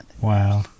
Wow